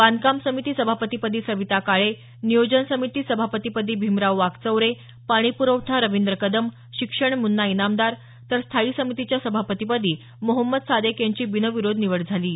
बांधकाम समिती सभापतीपदी सविता काळे नियोजन समिती सभापतीपदी भीमराव वाघचौरे पाणी प्रवठा रविंद्र कदम शिक्षण मुन्ना इनामदार तर स्थायी समितीच्या सभापतीपदी मोहम्मद सादेक यांची बिनविरोध निवड करण्यात झाली आहे